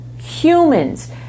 humans